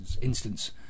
instance